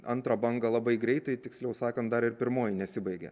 antrą bangą labai greitai tiksliau sakant dar ir pirmoji nesibaigė